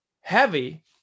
heavy